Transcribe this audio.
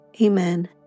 Amen